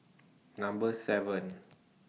Number seven